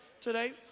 today